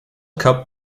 cup